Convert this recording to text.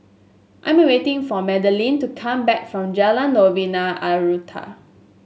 I'm waiting for Madilynn to come back from Jalan Novena Utara